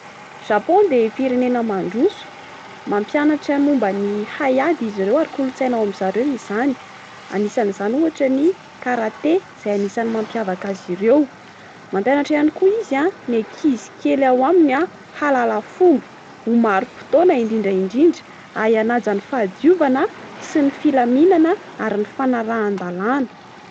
Japon de firenena mandroso. Mampianatra momban'ny hay ady izy ireo ary kolontsaina ao amin'ny zareo izany. An'izany ohatra ny karate izay anisan'ny mampiavaka azy ireo. Mampianatra ihany koa izy a, ny ankizy kely ao aminy hahalala fomba, ho marim-potoana, indrindra indrindra ary hanaja ny fahadiovana sy ny filaminana ary ny fanarahan-dàlana.